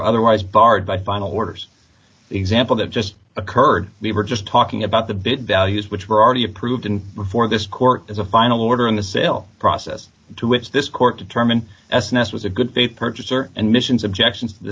otherwise barred by final orders example that just occurred we were just talking about the bit values which were already approved and before this court as a final order on the sale process to which this court determined s nest was a good day purchaser and missions objections t